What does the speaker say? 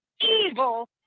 evil